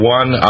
one